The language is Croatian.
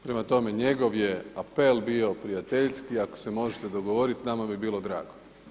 Prema tome, njegov je apel bio prijateljski, ako se možete dogovoriti nama bi bilo drago.